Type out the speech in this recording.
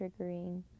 triggering